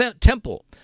Temple